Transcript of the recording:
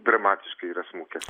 dramatiškai yra smukęs